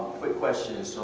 quick question,